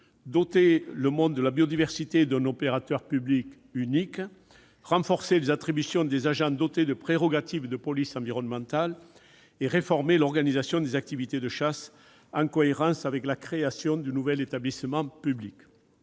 doter le monde de la biodiversité d'un opérateur public unique ; renforcer les attributions des agents dotés de prérogatives de police environnementale ; réformer l'organisation des activités de chasse en cohérence avec la création du nouvel établissement public.